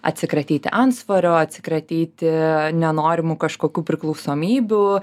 atsikratyt antsvorio atsikratyti nenorimų kažkokių priklausomybių